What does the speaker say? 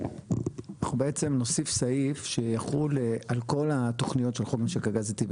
אנחנו בעצם נוסיף סעיף שיחול על כל התוכניות של חוק משק הגז הטבעי.